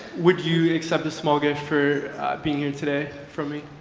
would you accept this small gift for being here today from me?